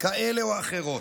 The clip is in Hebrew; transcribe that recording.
כאלה או אחרות.